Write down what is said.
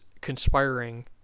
conspiring